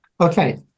okay